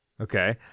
Okay